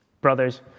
Brothers